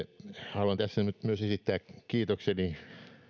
haluan tässä nyt myös esittää kiitokseni